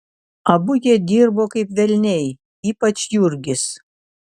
abu jie dirbo kaip velniai ypač jurgis